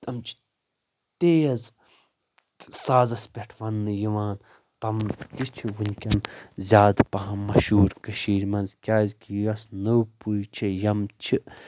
تم چھِ تیز سازس پٮ۪ٹھ وَننہٕ یِوان تَم تہِ چھِ وٕنکٮ۪ن زیادٕ پہم مشہوٗر کٔشیٖرِ منٛز کیازِ کہِ یۄس نٔو پوٚۍ چھِ یم چھِ